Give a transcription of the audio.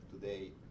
today